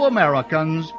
Americans